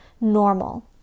normal